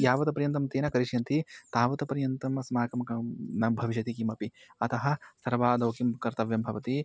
यावद्पर्यन्तं तेन करिष्यन्ति तावत्पर्यन्तम् अस्माकं न भविष्यति किमपि अतः सर्वादौ किं कर्तव्यं भवति